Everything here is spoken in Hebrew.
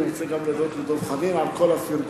אני רוצה גם להודות לדב חנין על כל הפרגון,